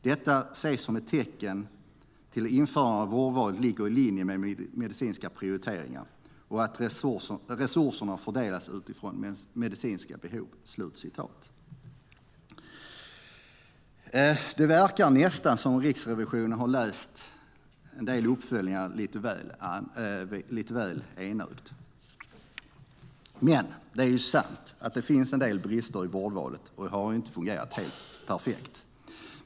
Detta ses som ett tecken till att införandet av vårdval ligger i linje med medicinsk prioritering, att resurser har fördelats utifrån medicinska behov." Det verkar nästan som om Riksrevisionen har läst en del uppföljningar lite väl enögt. Det är dock sant att det finns en del brister i vårdvalet. Det har inte fungerat helt perfekt.